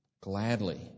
gladly